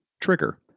Trigger